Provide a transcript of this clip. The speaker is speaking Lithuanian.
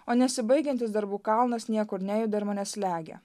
o nesibaigiantis darbų kalnas niekur nejuda ir mane slegia